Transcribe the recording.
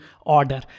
order